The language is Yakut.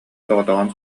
соҕотоҕун